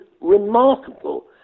remarkable